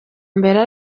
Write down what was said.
mbere